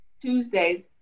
Tuesdays